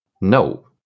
No